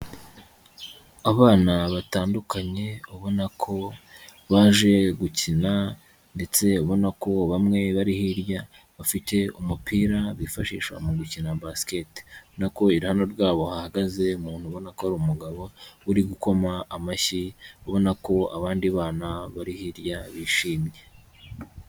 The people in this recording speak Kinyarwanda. Abana batandukanye, ubona ko baje gukina ndetse ubona ko bamwe bari hirya bafite umupira bifashishwa mu gukina basket, ubona ko iruhande rwabo hahagaze umuntu ubona ko ari umugabo uri gukoma amashyi ubona ko abandi bana bari hirya bishimye.